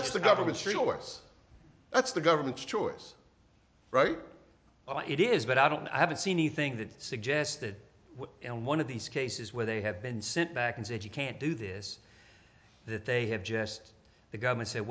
that's the government's resource that's the government's choice right now it is but i don't i haven't seen anything that suggested and one of these cases where they have been sent back and said you can't do this that they have just the government sa